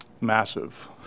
massive